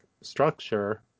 structure